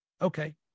Okay